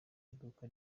iduka